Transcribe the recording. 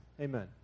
amen